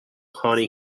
honey